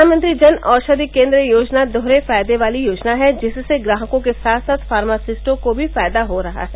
प्रधानमंत्री जन औषधि केन्द्र योजना दोहरे फायदे वाली योजना है जिससे ग्राहकों के साथ साथ फार्मासिस्टों को भी फायदा हो रहा है